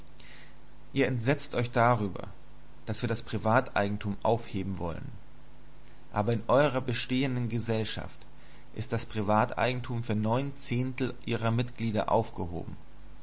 ihr entsetzt euch darüber daß wir das privateigentum aufheben wollen aber in eurer bestehenden gesellschaft ist das privateigentum für neun zehntel ihrer mitglieder aufgehoben